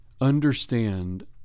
understand